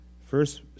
First